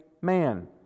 man